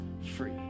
free